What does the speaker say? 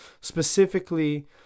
specifically